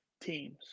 teams